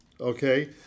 okay